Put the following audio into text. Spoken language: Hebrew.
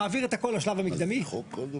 מעביר את הכל לשלב המקדמי --- מה זה חוק?